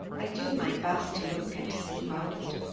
i do my best to look and seem old.